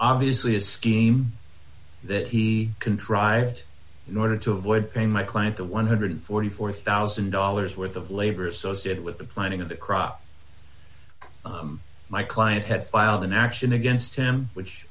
obviously a scheme that he contrived in order to avoid paying my client the one hundred and forty four thousand dollars worth of labor associated with the planning of the crop my client had filed an action against him which